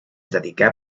dedicà